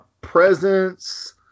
Presence